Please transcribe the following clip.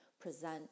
present